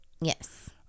Yes